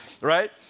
right